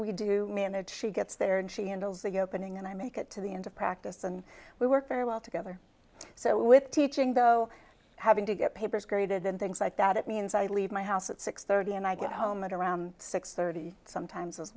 we do manage she gets there and she handles the opening and i make it to the end of practice and we work very well together so with teaching though having to get papers graded and things like that it means i leave my house at six thirty and i get home at around six thirty sometimes as